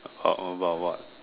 how about what